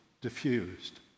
diffused